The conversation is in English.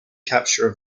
capture